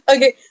Okay